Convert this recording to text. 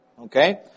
okay